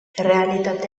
errealitate